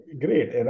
great